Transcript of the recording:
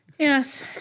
Yes